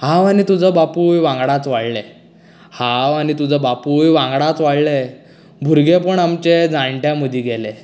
हांव आनी तुजो बापूय वांगडाच वाडलें हांव आनी तुजो बापूय वांगडाच वाडलें भुरगेंपण आमचें जाणट्यां मदीं गेलें